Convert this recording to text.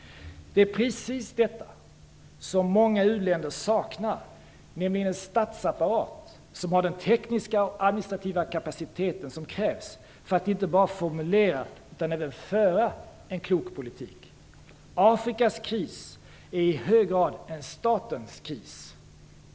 Det är precis detta som många u-länder saknar, nämligen en statsapparat som har den tekniska och administrativa kapacitet som krävs för att man inte bara skall kunna formulera utan även föra en klok politik. Afrikas kris är i hög grad en statens kris.